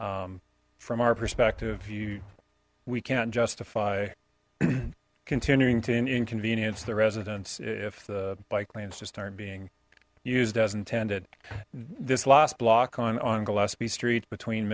valerio from our perspective you we can't justify continuing to inconvenience the residents if the bike lanes just aren't being used as intended this last block on on gillespie street between